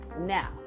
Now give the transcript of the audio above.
Now